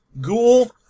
Ghoul